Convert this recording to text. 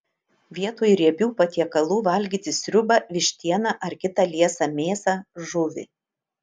vietoj riebių patiekalų valgyti sriubą vištieną ar kitą liesą mėsą žuvį